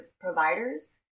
providers